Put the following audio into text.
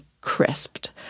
crisped